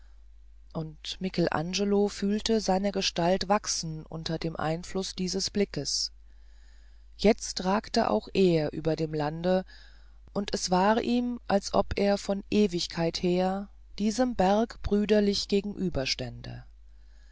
und michelangelo fühlte seine gestalt wachsen unter dem einfluß dieses blickes jetzt ragte auch er über dem land und es war ihm als ob er von ewigkeit her diesem berg brüderlich